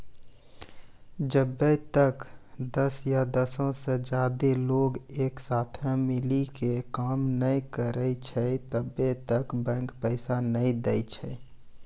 जब्बै तक दस या दसो से ज्यादे लोग एक साथे मिली के काम नै करै छै तब्बै तक बैंक पैसा नै दै छै